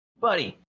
Buddy